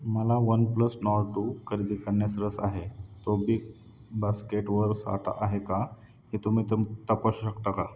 मला OnePlus Nord two खरेदी करण्यास रस आहे तो बिग बास्केटवर साठा आहे का हे तुम्ही त तपासू शकता का